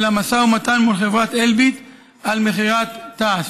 משא ומתן מול חברת אלביט על מכירת תע"ש.